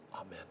Amen